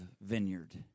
vineyard